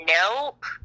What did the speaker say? Nope